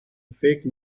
fake